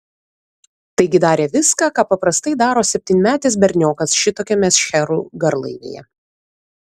taigi darė viską ką paprastai daro septynmetis berniokas šitokiame šcherų garlaivyje